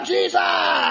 Jesus